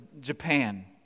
Japan